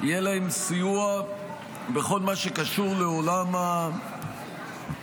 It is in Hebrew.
יהיה להם סיוע בכל מה שקשור לעולם הפלילי